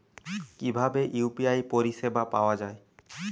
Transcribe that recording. কিভাবে ইউ.পি.আই পরিসেবা পাওয়া য়ায়?